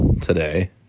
today